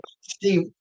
Steve